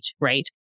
right